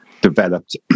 developed